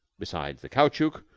besides the caoutchouc,